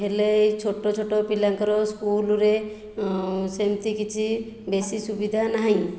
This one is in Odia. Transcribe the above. ହେଲେ ଏଇ ଛୋଟ ଛୋଟ ପିଲାଙ୍କର ସ୍କୁଲରେ ସେମିତି କିଛି ବେଶି ସୁବିଧା ନାହିଁ